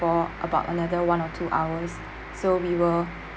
for about another one or two hours so we were